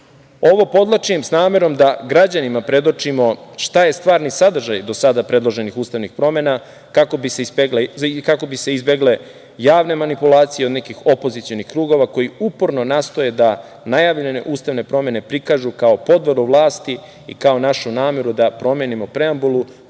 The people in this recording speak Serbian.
podvlačim s namerom da građanima predočimo šta je stvarni sadržaj do sada predloženih ustavnih promena, kako bi se izbegle javne manipulacije od nekih opozicionih krugova koji uporno nastoje da najavljene ustavne promene prikažu kao podvoru vlasti i kao našu nameru da promenimo preambulu